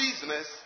business